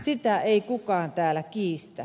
sitä ei kukaan täällä kiistä